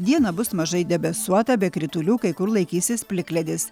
dieną bus mažai debesuota be kritulių kai kur laikysis plikledis